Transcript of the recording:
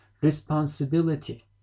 responsibility